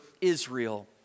Israel